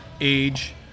age